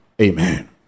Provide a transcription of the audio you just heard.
Amen